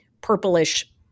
purplish